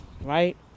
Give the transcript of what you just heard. right